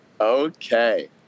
Okay